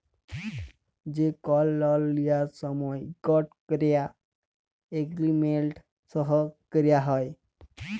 যে কল লল লিয়ার সময় ইকট ক্যরে এগ্রিমেল্ট সই ক্যরা হ্যয়